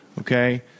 Okay